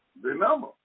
remember